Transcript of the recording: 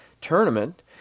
tournament